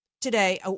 today